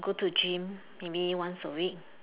go to gym maybe once a week